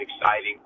exciting